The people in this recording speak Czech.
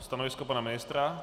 Stanovisko pana ministra?